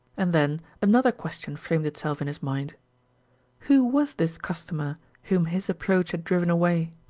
and then another question framed itself in his mind who was this customer whom his approach had driven away?